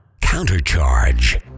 Counter-Charge